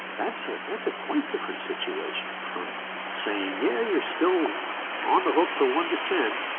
that's a that's a quite different situation from saying, yeah, you are still on the hook for one to ten,